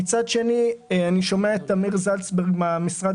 ומצד שני אני שומע את אמיר זלצברג מהמשרד